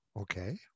Okay